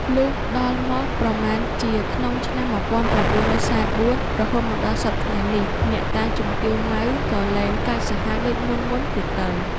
លុះដល់មកប្រមាណជាក្នុងឆ្នាំ ១៩៤៤ រហូតមកដល់សព្វថ្ងៃនេះ អ្នកតាជំទាវ ម៉ៅ ក៏លែងកាចសាហាវដូចមុនៗទៀតទៅ ។